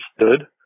understood